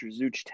Zooch